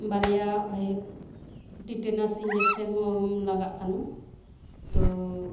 ᱵᱟᱨᱭᱟ tetanus injection ᱦᱚᱸ ᱞᱟᱜᱟᱜ ᱠᱟᱱᱟ ᱛᱚ